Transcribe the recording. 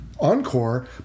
encore